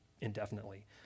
indefinitely